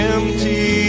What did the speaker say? Empty